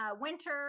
winter